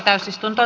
kiitos